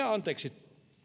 anteeksi